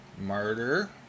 Murder